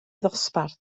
ddosbarth